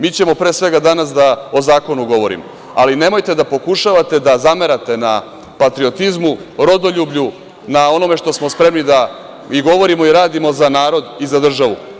Mi ćemo pre svega danas da o zakonu govorimo, ali nemojte da pokušavate da zamerate na patriotizmu, rodoljublju, na onome što smo spremni da i govorimo i radimo za narod i za državu.